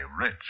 rich